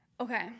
Okay